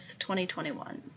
2021